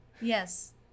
Yes